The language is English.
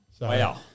Wow